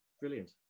brilliant